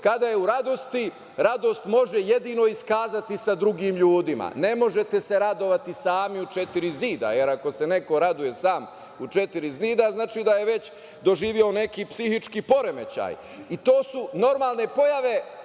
kada je u radosti, radost može jedino iskazati sa drugim ljudima. Ne možete se radovati sami u četiri zida, jer ako se neko raduje sam u četiri zida, znači da je već doživeo neki psihički poremećaj. To su normalne pojave